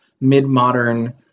mid-modern